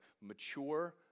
mature